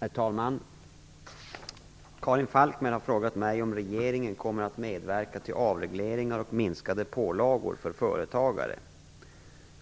Herr talman! Karin Falkmer har frågat mig om regeringen kommer att medverka till avregleringar och minskade pålagor för företagare.